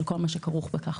על כל מה שכרוך בכך.